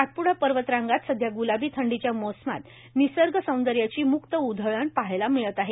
सातप्डा पर्वत रांगात सध्या ग्लाबी थंडीच्या मौसमात निसग सौंदर्याची मुक्त उधळण पहायला मिळत आहे